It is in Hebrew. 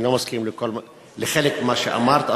אני לא מסכים לחלק ממה שאמרת,